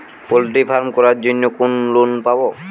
Poultry farm করার জন্য কোন লোন পাব?